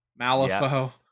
Malifaux